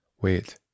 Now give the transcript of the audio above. Wait